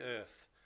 earth